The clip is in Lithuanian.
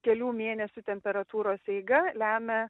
kelių mėnesių temperatūros eiga lemia